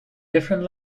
different